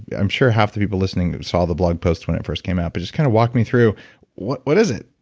i'm sure half the people listening saw the blog post when it first came out. but just kind of walk me through what what is it?